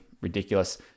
ridiculous